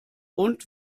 und